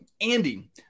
Andy